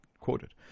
quoted